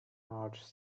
marge